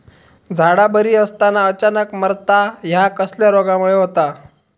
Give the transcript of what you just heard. झाडा बरी असताना अचानक मरता हया कसल्या रोगामुळे होता?